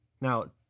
Now